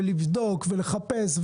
ולבדוק ולחפש,